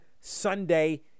Sunday